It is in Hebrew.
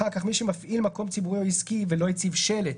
אחר כך מי שמפעיל מקום ציבורי או עסקי ולא הציב שלט,